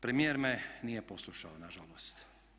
Premijer me nije poslušao, nažalost.